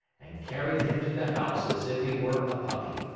and carried him to the house as if he were a puppy.